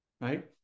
right